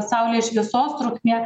saulės šviesos trukmė